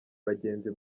bagenzi